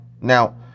Now